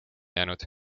jäänud